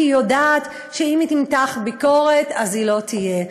כי היא יודעת שאם היא תמתח ביקורת אז היא לא תהיה.